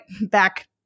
back